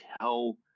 tell